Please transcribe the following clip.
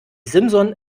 simson